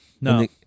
No